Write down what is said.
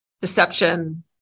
deception